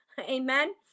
amen